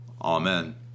Amen